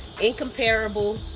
Incomparable